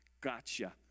Gotcha